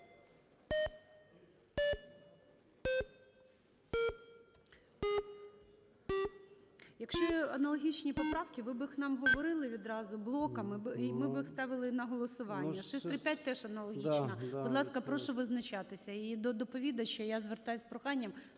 Якщо аналогічні поправки, ви б їх нам говорили відразу блоками, і ми б їх ставили на голосування. 635 теж аналогічна. Будь ласка, прошу визначатися. І до доповідача я звертаюся з проханням,